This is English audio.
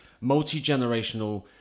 multi-generational